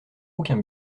aucun